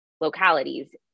localities